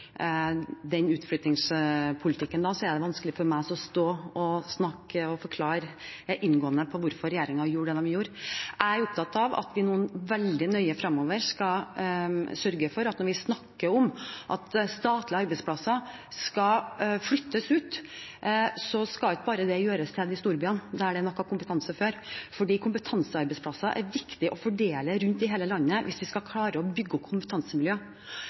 er det vanskelig for meg å stå og snakke om og forklare inngående hvorfor regjeringen gjorde det den gjorde. Jeg er opptatt av at vi nå fremover veldig nøye skal sørge for at når vi snakker om at statlige arbeidsplasser skal flyttes ut, skal ikke det bare gjøres til de store byene, der det er nok av kompetanse fra før – kompetansearbeidsplasser er det viktig å fordele rundt i hele landet hvis vi skal klare å bygge opp